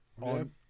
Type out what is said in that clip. on